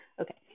Okay